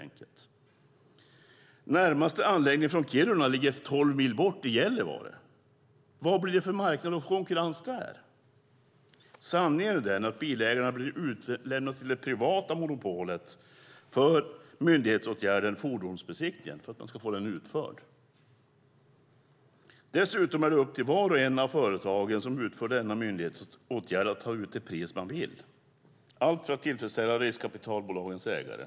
Närmaste anläggning från Kiruna ligger tolv mil bort, i Gällivare. Vad blir det för marknad och konkurrens där? Sanningen är den att bilägarna blir utlämnade till privata monopol för att få myndighetsåtgärden fordonsbesiktning utförd. Dessutom är det upp till vart och ett av företagen som utför denna myndighetsåtgärd att ta ut det pris man vill - allt för att tillfredsställa riskkapitalbolagens ägare.